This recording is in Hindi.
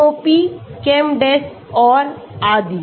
Chemopy ChemDes और आदि